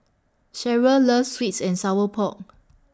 Sherryl loves Sweet and Sour Pork